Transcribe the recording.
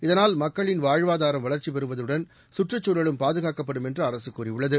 இதனால் மக்களின் வாழ்வாதாரம் வளர்ச்சி பெறுவதுடன் சுற்றுச் சூழலும் பாதுகாக்கப்படும் என்று அரசு கூறியுள்ளது